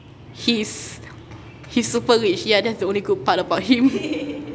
he's he's super rich yeah that's the only good part about him